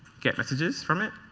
get messages from it.